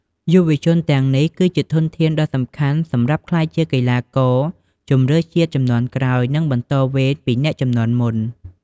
យុវជនទាំងនេះគឺជាធនធានដ៏សំខាន់សម្រាប់ក្លាយជាកីឡាករជម្រើសជាតិជំនាន់ក្រោយ និងបន្តវេនពីអ្នកជំនាន់មុន។